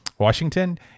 Washington